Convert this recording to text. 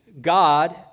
God